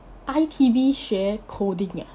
I_T_B 学 coding ah